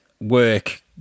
work